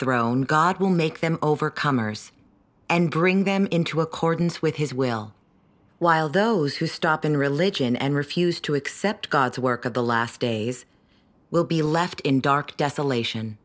throne god will make them overcomers and bring them into accordance with his will while those who stop in religion and refuse to accept god's work of the last days will be left in dark desolation